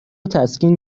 تسکین